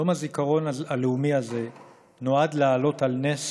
יום הזיכרון הלאומי הזה נועד להעלות על נס